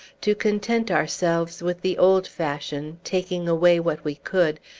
to content ourselves with the old fashion, taking away what we could,